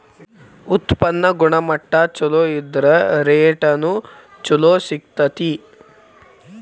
ಉತ್ಪನ್ನ ಗುಣಮಟ್ಟಾ ಚುಲೊ ಇದ್ರ ರೇಟುನು ಚುಲೊ ಸಿಗ್ತತಿ